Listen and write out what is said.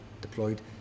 deployed